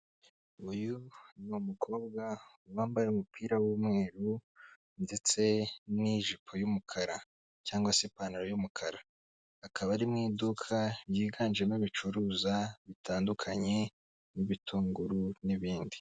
Uyu ni umukobwa wambaye umupira w'umweru ndetse n'ijipo y'umukara cyangwa ipantaro y'umukara akaba ari mu iduka ryiganjemo ibicuruzwa bitandukanye n'ibitunguru n'ibindi.